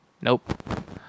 Nope